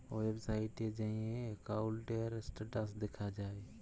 ওয়েবসাইটে যাঁয়ে একাউল্টের ইস্ট্যাটাস দ্যাখা যায়